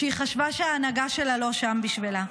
שהיא חשבה שההנהגה שלה לא שם בשבילה.